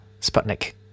Sputnik